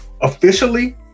officially